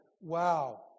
wow